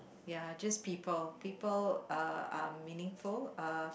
ya just people people uh are meaningful uh